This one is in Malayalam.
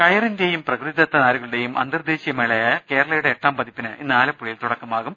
കയറിന്റേയും പ്രകൃതിദത്ത നാരുകളുടേയും അന്തർദേശീയ മേള യായ കേരളയുടെ എട്ടാം പതിപ്പിന് ഇന്ന് ആലപ്പുഴയിൽ തുടക്കമാ കും